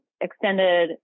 extended